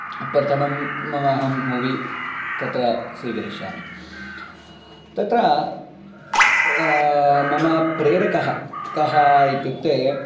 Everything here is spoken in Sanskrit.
प्रथमं मम अहं मुवि तत्र स्वीकरिष्यामि तत्र मम प्रेरकः कः इत्युक्ते